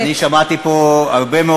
ואם בדברים אחרים,